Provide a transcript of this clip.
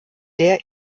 der